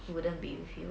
wouldn't be with you